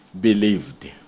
believed